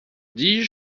dis